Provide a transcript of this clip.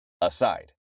Aside